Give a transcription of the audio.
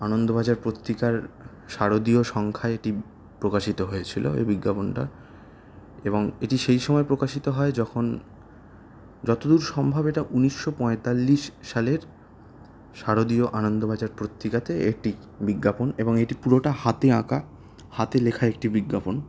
আনন্দবাজার পত্রিকার শারদীয় সংখ্যায় এটি প্রকাশিত হয়েছিলো এই বিজ্ঞাপনটা এবং এটি সেই সময় প্রকাশিত হয় যখন যতদূর সম্ভব এটা উনিশশো পঁয়তাল্লিশ সালের শারদীয় আনন্দবাজার পত্রিকাতে একটি বিজ্ঞাপন এবং এটি পুরোটা হাতে আঁকা হাতে লেখা একটি বিজ্ঞাপন